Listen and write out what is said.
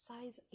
Size